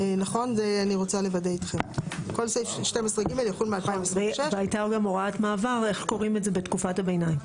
רק שווה גם להגיד את הנתונים מבחינת תחלואה.